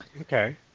okay